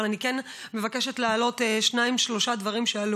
אבל אני כן מבקשת להעלות שניים-שלושה דברים שעלו.